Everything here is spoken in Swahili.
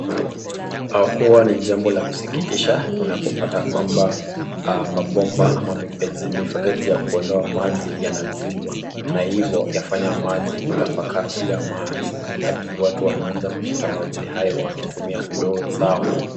Huwa ni jambo la kusikitisha unapopata ya kwamba mabomba ama mifereji ya kuondoa maji yanazibwa na hivo kuyafanya maji kutapakaaa kila mahali hadi watu wanaanza kuchota maji hayo wakitumia ndoo zao